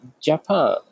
Japan